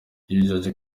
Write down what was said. yijeje